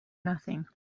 nothing